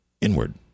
inward